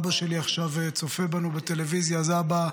אבא שלי עכשיו צופה בנו בטלוויזיה, אז אבא,